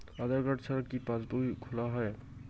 আধার card ছাড়া কি পাসবই খোলা যায়?